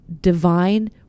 divine